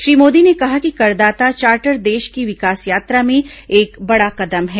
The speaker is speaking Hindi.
श्री मोदी ने कहा कि करदाता चार्टर देश की विकास यात्रा में एक बडा कदम है